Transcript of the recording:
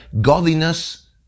godliness